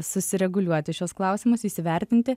susireguliuoti šiuos klausimus įsivertinti